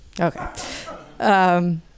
Okay